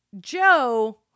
Joe